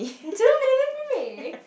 two million to me